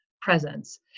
presence